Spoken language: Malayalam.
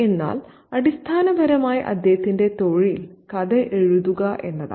എന്നാൽ അടിസ്ഥാനപരമായി അദ്ദേഹത്തിന്റെ തൊഴിൽ കഥ എഴുതുക എന്നതാണ്